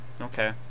okay